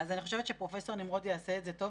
אז אני חושבת שפרופ' נמרוד יעשה את זה טוב